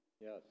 Yes